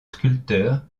sculpteur